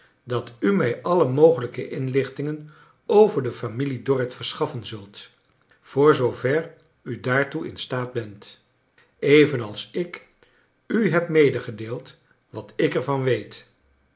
dat u mij alle mogelijke inlichtingen over de familie dorrit verschaffen zult voor zoover u daartoe in staat bent evenals ik u heb medegedeeld wat ik er van weet